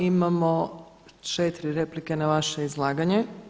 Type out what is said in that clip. Imamo 4 replike na vaše izlaganje.